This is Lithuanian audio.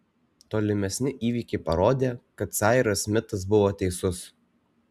tolimesni įvykiai parodė kad sairas smitas buvo teisus